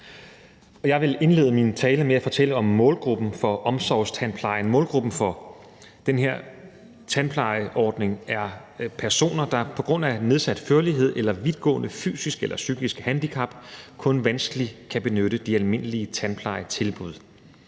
Jeg vil indlede min tale med at fortælle om målgruppen for omsorgstandplejen. Målgruppen for den her tandplejeordning er personer, der på grund af nedsat førlighed eller vidtgående fysisk eller psykisk handicap kun vanskeligt kan benytte de almindelige tandplejetilbud.